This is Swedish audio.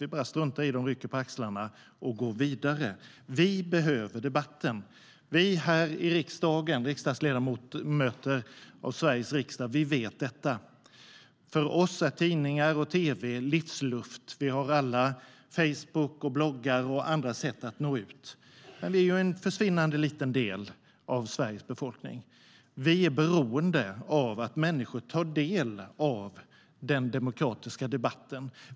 Vi bara struntar i dem, rycker på axlarna och går vidare. Vi behöver debatten. Vi ledamöter av Sveriges riksdag vet detta. För oss är tidningar och tv livsluft. Vi har alla Facebook, bloggar och andra sätt att nå ut. Men vi är en försvinnande liten del av Sveriges befolkning, och vi är beroende av att människor tar del av den demokratiska debatten.